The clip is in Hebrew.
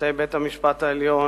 שופטי בית-המשפט העליון,